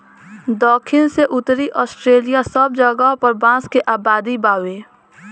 दखिन से उत्तरी ऑस्ट्रेलिआ सब जगह पर बांस के आबादी बावे